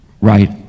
right